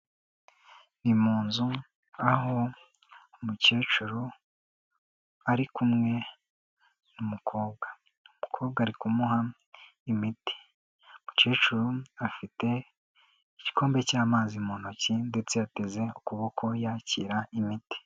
Ni mu nzu aho umukecuru ari kumwe n'umukobwa. Umukobwa ari kumuha imiti. Umukecuru afite igikombe cy'amazi mu ntoki ndetse yateze ukuboko yakira imiti.